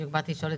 אני מסתכלת